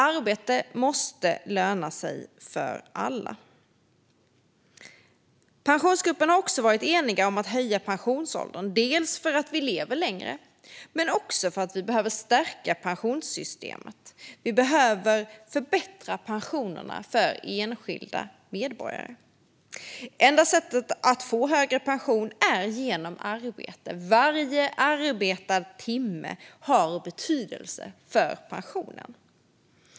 Arbete måste löna sig för alla. Pensionsgruppen har också varit enig om att höja pensionsåldern, dels för att vi lever längre, dels för att vi behöver stärka pensionssystemet. Vi behöver förbättra pensionerna för enskilda medborgare. Enda sättet att få högre pension är genom arbete. Varje arbetad timme har betydelse för pensionen.